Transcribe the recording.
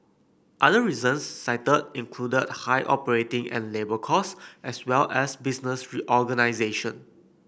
other reasons cited included high operating and labour costs as well as business reorganisation